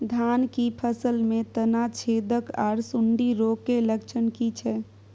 धान की फसल में तना छेदक आर सुंडी रोग के लक्षण की छै?